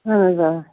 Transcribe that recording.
اَہَن حظ اَوا